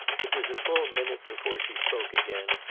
it was a full minute before she spoke again,